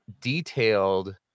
detailed